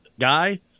guy